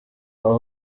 aha